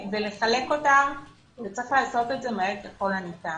ולחלק אותם, אבל צריך לעשות את זה מהר ככל הניתן.